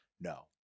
no